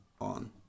on